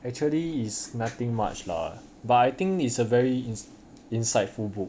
actually is nothing much lah but I think is a very insightful book